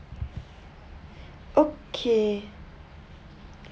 okay